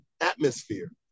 atmosphere